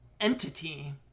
entity